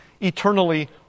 eternally